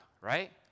right